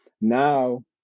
Now